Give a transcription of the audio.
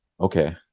okay